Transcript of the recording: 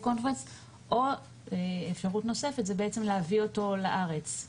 קונפרנס או אפשרות נוספת זה בעצם להביא אותו לארץ.